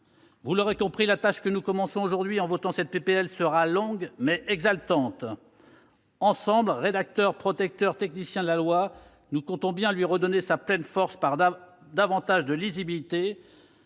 Vous l'aurez compris, la tâche que nous commençons aujourd'hui, en votant cette proposition de loi, sera longue, mais exaltante. Ensemble, rédacteurs, protecteurs, techniciens de la loi, nous comptons bien redonner à celle-ci sa pleine force par davantage de lisibilité.